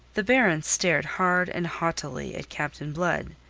the baron stared hard and haughtily at captain blood,